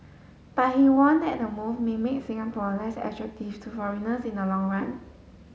but he warned that the move may make Singapore less attractive to foreigners in the long run